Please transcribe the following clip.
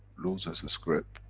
looses his grip,